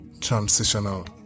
transitional